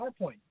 PowerPoint